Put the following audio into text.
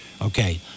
Okay